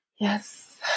Yes